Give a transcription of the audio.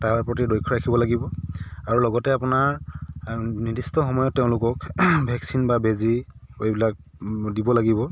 তাৰ প্ৰতি লক্ষ্য ৰাখিব লাগিব আৰু লগতে আপোনাৰ নিৰ্দিষ্ট সময়ত তেওঁলোকক ভেকচিন বা বেজী এইবিলাক দিব লাগিব